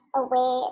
away